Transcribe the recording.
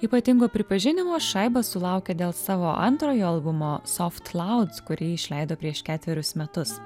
ypatingo pripažinimo šaibas sulaukia dėl savo antrojo albumo soft lauds kurį išleido prieš ketverius metus